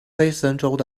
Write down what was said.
黑森州